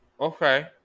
Okay